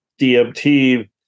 DMT